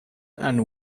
and